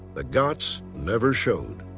the gotts never showed.